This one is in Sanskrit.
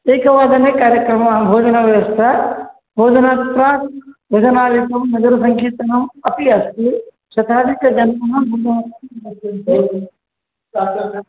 एकवादने कार्यक्रमः भोजनव्यवस्था भोजनात् प्राक् प्रवचनादिकं नगरसङ्कीर्तनम् अपि अस्ति शताधिकजनाः